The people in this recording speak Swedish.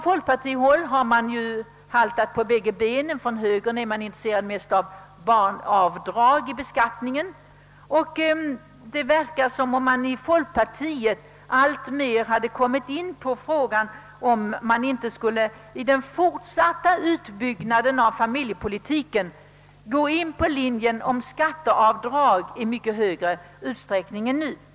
Folkpartiet har haltat på bägge benen, medan högern mest är intresserad av barnavdrag i beskattningen. Det verkar emellertid som om man inom folkpartiet alltmer kommit in på att vid den fortsatta utbyggnaden av familjepolitiken följa linjen med skatteavdrag i större utsträckning än nu är fallet.